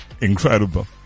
Incredible